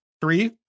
three